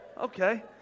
okay